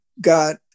got